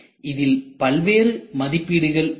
இதில் பல்வேறு மதிப்பீடுகள் உள்ளன